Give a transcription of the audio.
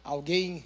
Alguém